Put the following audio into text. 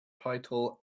title